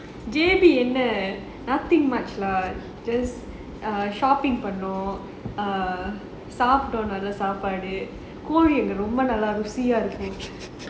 J_B என்ன:enna nothing much lah just err shopping பண்ணுனோம்:pannunom err சாப்டோம் நல்ல சாப்பாடு கூழ் ரொம்ப நல்லா ருசியா இருக்கும்:saaptom nalla saapaadu kool romba rusiyaa irukum